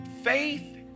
Faith